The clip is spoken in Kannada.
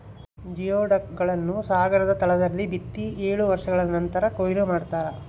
ಜಿಯೊಡಕ್ ಗಳನ್ನು ಸಾಗರದ ತಳದಲ್ಲಿ ಬಿತ್ತಿ ಏಳು ವರ್ಷಗಳ ನಂತರ ಕೂಯ್ಲು ಮಾಡ್ತಾರ